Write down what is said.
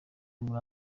muri